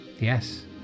Yes